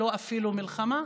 אפילו לא מלחמה,